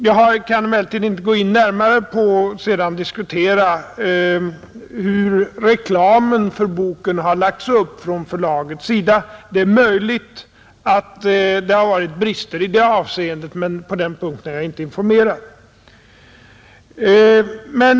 Jag kan emellertid inte närmare diskutera hur reklamen för boken har lagts upp från förlagets sida; det är möjligt att brister föreligger i det avseendet, men på den punkten är jag inte informerad.